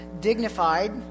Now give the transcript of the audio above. dignified